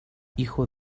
hijo